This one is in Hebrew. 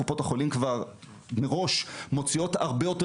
קופות החולים כבר מראש מוציאות הרבה יותר